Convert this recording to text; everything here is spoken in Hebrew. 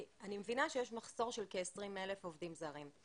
אני מבינה שיש מחסור של כ-20 אלף עובדים זרים.